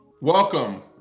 Welcome